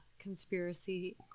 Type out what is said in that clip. conspiracy